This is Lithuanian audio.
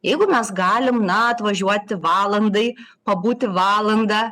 jeigu mes galim na atvažiuoti valandai pabūti valandą